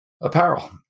Apparel